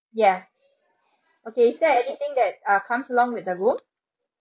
ya okay is there anything that uh comes along with the room